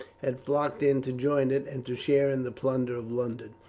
had flocked in to join it, and to share in the plunder of london.